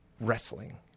wrestling